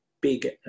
big